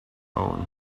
own